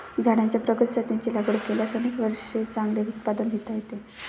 झाडांच्या प्रगत जातींची लागवड केल्यास अनेक वर्षे चांगले उत्पादन घेता येते